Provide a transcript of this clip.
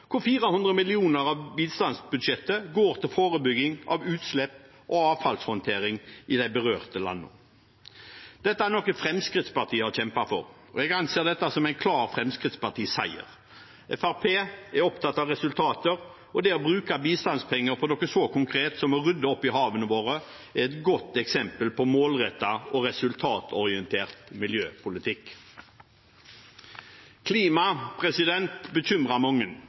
hvor 400 mill. kr av bistandsbudsjettet går til forebygging av utslipp og avfallshåndtering i de berørte landene. Dette er noe Fremskrittspartiet har kjempet for, og jeg anser det som en klar Fremskrittsparti-seier. Fremskrittspartiet er opptatt av resultater, og det å bruke bistandspenger på noe så konkret som å rydde opp i havene våre er et godt eksempel på målrettet og resultatorientert miljøpolitikk. Klima bekymrer